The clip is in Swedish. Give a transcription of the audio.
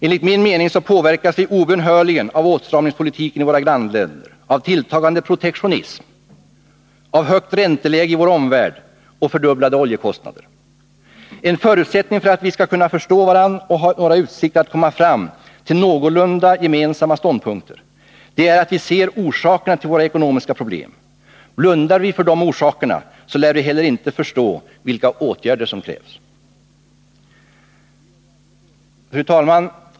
Enligt min mening påverkas vi obönhörligen av åtstramningspolitiken i våra grannländer, av tilltagande protektionism, av högt ränteläge i vår omvärld och av fördubblade oljekostnader. En förutsättning för att vi skall kunna förstå varandra och ha några utsikter att komma fram till någorlunda gemensamma ståndpunkter är att vi ser orsakerna till våra ekonomiska problem. Blundar vi för dessa orsaker lär vi heller inte förstå vilka åtgärder som krävs. Fru talman!